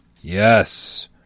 Yes